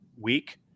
week